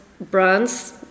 brands